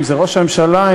אם ראש הממשלה,